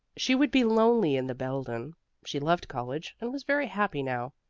she would be lonely in the belden she loved college and was very happy now,